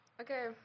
Okay